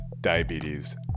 diabetes